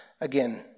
Again